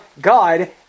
God